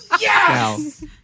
Yes